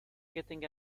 getting